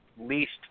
least